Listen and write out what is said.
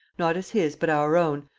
not as his but our own,